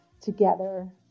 together